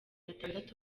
atandatu